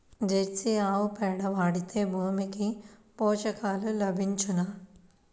Jersey ఆవు పేడ వాడితే భూమికి పోషకాలు లభించునా?